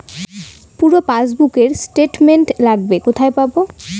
পুরো পাসবুকের স্টেটমেন্ট লাগবে কোথায় পাব?